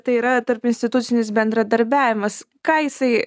tai yra tarpinstitucinis bendradarbiavimas ką jisai